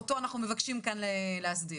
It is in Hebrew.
שאותו אנחנו מבקשים להסדיר.